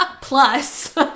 Plus